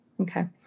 Okay